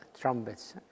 trumpets